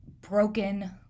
broken